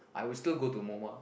I will still go to Moma